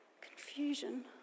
confusion